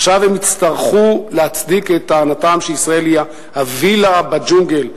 עכשיו הם יצטרכו להצדיק את טענותיהם שישראל היא הווילה בג'ונגל,